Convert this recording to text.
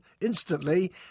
instantly